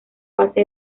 base